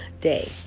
day